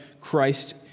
Christ